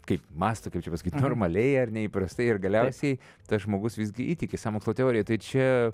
kaip mąsto kaip čia pasakyt normaliai ar ne įprastai ir galiausiai tas žmogus visgi įtiki sąmokslo teorija tai čia